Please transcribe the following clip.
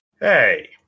Hey